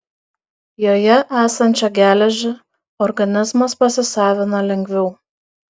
joje esančią geležį organizmas pasisavina lengviau